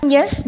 Yes